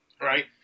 right